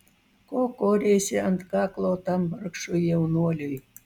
ko koreisi ant kaklo tam vargšui jaunuoliui